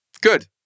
Good